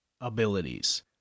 abilities